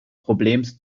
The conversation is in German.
problems